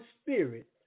Spirit